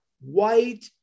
white